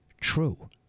true